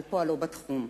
על פועלו בתחום.